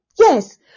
Yes